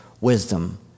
wisdom